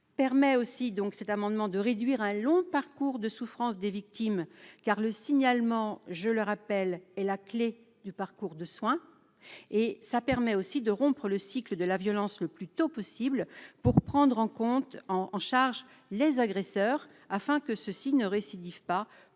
permet aussi, donc, cet amendement de réduire un long parcours de souffrance des victimes car le signalement, je le rappelle, est la clé du parcours de soin et ça permet aussi de rompre le cycle de la violence, le plus tôt possible pour prendre en compte en en charge les agresseurs afin que ceux-ci ne récidivent pas